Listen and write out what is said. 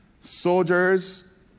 Soldiers